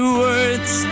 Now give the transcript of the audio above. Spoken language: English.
words